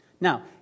Now